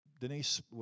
Denise